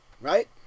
Right